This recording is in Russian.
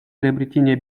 приобретения